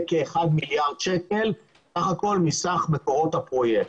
בכמיליארד שקלים מסך מקורות הפרויקט.